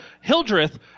Hildreth